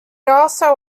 also